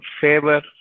favor